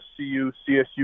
CU-CSU